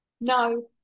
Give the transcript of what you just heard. No